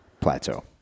plateau